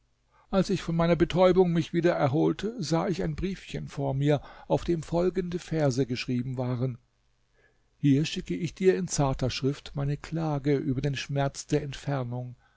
als ich von meiner betäubung mich wieder erholte sah ich ein briefchen vor mir auf dem folgende verse geschrieben waren hier schicke ich dir in zarter schrift meine klage über den schmerz der entfernung